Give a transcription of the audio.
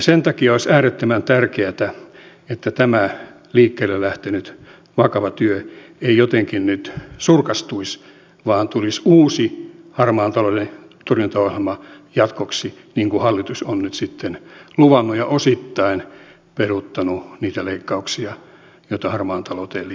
sen takia olisi äärettömän tärkeätä että tämä liikkeelle lähtenyt vakava työ ei jotenkin nyt surkastuisi vaan tulisi uusi harmaan talouden torjuntaohjelma jatkoksi niin kuin hallitus on nyt sitten luvannut ja osittain peruuttanut niitä leikkauksia joita harmaaseen talouteen liittyy